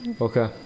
Okay